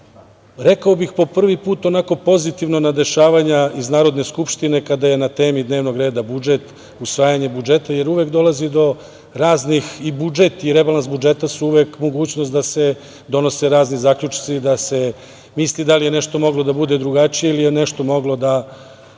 rekao bih po prvi put onako pozitivno na dešavanja iz Narodne skupštine kada je na temi dnevnog reda budžet, usvajanje budžeta, jer uvek dolazi do raznih, i budžet i rebalans budžeta su uvek mogućnost da se donose razni zaključci, da se misli da li je nešto moglo da bude drugačije ili je nešto moglo da